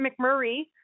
McMurray